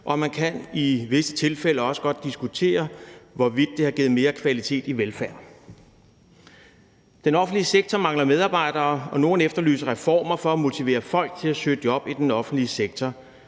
og man kan i visse tilfælde også godt diskutere, hvorvidt det har givet mere kvalitet i velfærd. Den offentlige sektor mangler medarbejdere, og nogle efterlyser reformer for at motivere folk til at søge job i den offentlige sektor.